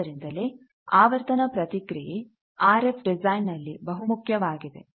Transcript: ಆದ್ದರಿಂದಲೇ ಆವರ್ತನ ಪ್ರತಿಕ್ರಿಯೆ ಆರ್ ಎಫ್ ಡಿಸೈನ್ ನಲ್ಲಿ ಬಹುಮುಖ್ಯವಾಗಿದೆ